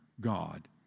God